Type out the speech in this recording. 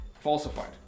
falsified